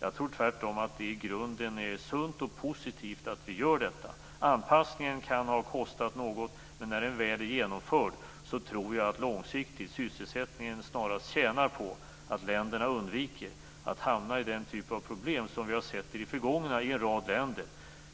Jag tror tvärtom att det i grunden är sunt och positivt att vi gör detta. Anpassningen kan ha kostat något. Men när den väl är genomförd, tror jag att sysselsättningen långsiktigt snarast tjänar på att länderna undviker att hamna i den typ av problem som vi har sett i det förgångna i en rad länder.